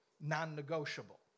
non-negotiable